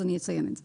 אז אציין את זה.